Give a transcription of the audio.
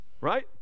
Right